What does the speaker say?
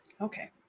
Okay